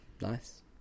Nice